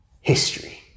History